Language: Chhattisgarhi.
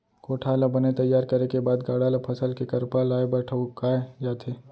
कोठार ल बने तइयार करे के बाद गाड़ा ल फसल के करपा लाए बर ठउकाए जाथे